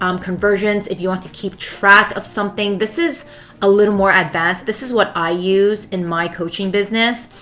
um conversions if you want to keep track of something. this is a little more advanced. this is what i use in my coaching business.